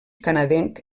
canadenc